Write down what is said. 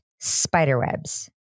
Spiderwebs